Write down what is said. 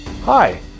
Hi